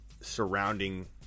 Surrounding